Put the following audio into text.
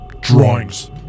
drawings